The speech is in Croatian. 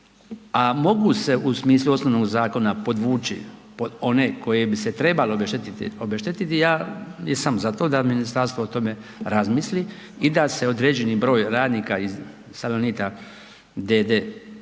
a mogu se u smislu osnovnog zakona podvući pod one koje bi se trebalo obeštetiti, ja jesam za to da ministarstvo o tome razmisli i da se određeni broj radnika iz Salonita d.d.